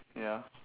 ya